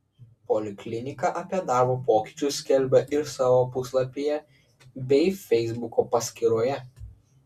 poliklinika apie darbo pokyčius skelbia ir savo puslapyje bei feisbuko paskyroje